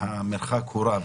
המרחק הוא רב.